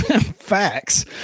Facts